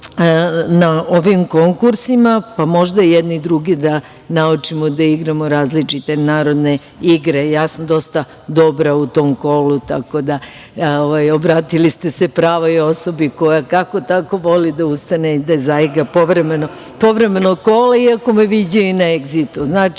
na ovim konkursima, pa možda jedni druge da naučimo da igramo različite narodne igre. Ja sam dosta dobra u tom kolu, tako da obratili ste se pravoj osobi koja kako-tako voli da ustane i da zaigra povremeno kolo, iako me viđaju i na „Egzitu“.